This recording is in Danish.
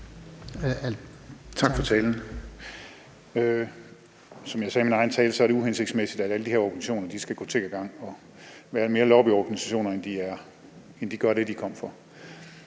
Tak for talen. Som jeg sagde i min egen tale, er det uhensigtsmæssigt, at alle de her organisationer skal gå tiggergang, og at de mere skal være lobbyorganisationer end at gøre det, de kom for.